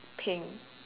pink